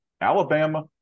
Alabama